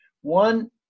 One